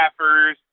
staffers